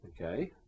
Okay